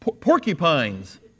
porcupines